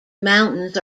mountains